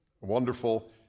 wonderful